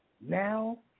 Now